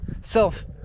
self